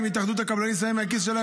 אם התאחדות הקבלנים שמה מהכיס שלה,